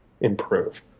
improve